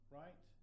right